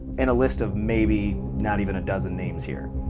and a list of maybe, not even a dozen names here.